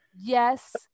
Yes